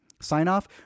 sign-off